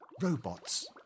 Robots